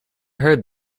heard